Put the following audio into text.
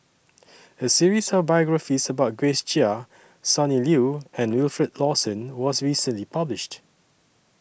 A series of biographies about Grace Chia Sonny Liew and Wilfed Lawson was recently published